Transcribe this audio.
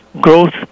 growth